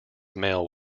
male